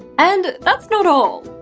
and that's not all.